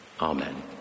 Amen